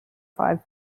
five